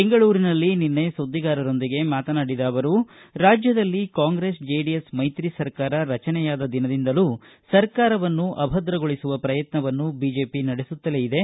ಬೆಂಗಳೂರಿನಲ್ಲಿ ನಿನ್ನೆ ಸುದ್ದಿಗಾರರೊಂದಿಗೆ ಮಾತನಾಡಿದ ಅವರು ರಾಜ್ಯದಲ್ಲಿ ಕಾಂಗ್ರೆಸ್ ಜೆಡಿಎಸ್ ಮೈತ್ರಿ ಸರ್ಕಾರ ರಚನೆಯಾದ ದಿನದಿಂದಲೂ ಸರ್ಕಾರವನ್ನು ಅಭದ್ರಗೊಳಿಸುವ ಪ್ರಯತ್ನವನ್ನು ಬಿಜೆಪಿ ನಡೆಸುತ್ತಲೇ ಇದೆ